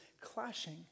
clashing